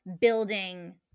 building